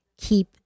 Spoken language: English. keep